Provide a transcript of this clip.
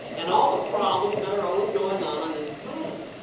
and all the problems that are always going on, on this planet.